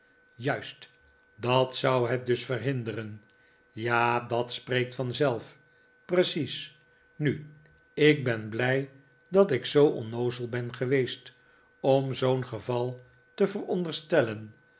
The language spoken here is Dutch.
juist dat zou het dus verhinderen ja dat spreekt van zelf precies nu ik ben blij dat ik zoo onnoozel ben geweest om zoo'n geval te veronderstellen